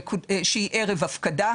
שהיא ערב הפקדה.